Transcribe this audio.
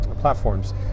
platforms